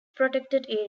protected